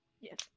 yes